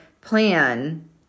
plan